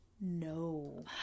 No